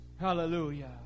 Hallelujah